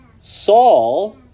Saul